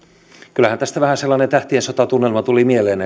kyllähän tästä vähän sellainen tähtien sota tunnelma tuli mieleen